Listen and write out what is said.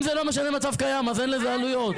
אם זה לא משנה מצב קיים אז אין לזה עלויות.